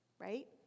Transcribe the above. Right